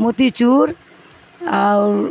موتی چور اور